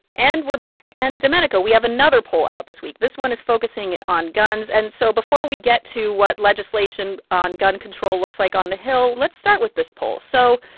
and we're back. and, domenico, we have another poll out this week. this one is focusing on guns. and so before we get to what legislation on gun control looks like on the hill, let's start with this poll. so,